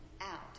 out